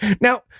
Now